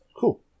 Cool